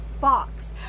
Fox